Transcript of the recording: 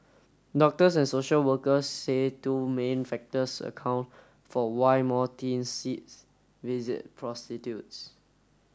doctors and social workers say two main factors account for why more teens visit prostitutes